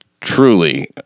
truly